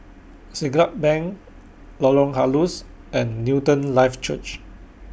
Siglap Bank Lorong Halus and Newton Life Church